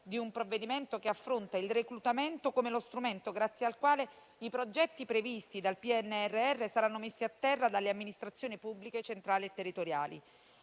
di un provvedimento che affronta il reclutamento come lo strumento grazie al quale i progetti previsti dal PNRR saranno messi a terra dalle amministrazioni pubbliche, centrali e territoriali.